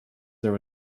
there